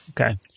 Okay